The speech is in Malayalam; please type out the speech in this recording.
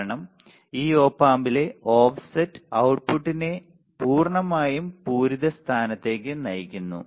കാരണം ഈ ഓപ് ആമ്പിലെ ഓഫ്സെറ്റ് output നെ പൂർണ്ണമായും പൂരിത സ്ഥാനത്തേക്ക് നയിക്കുന്നു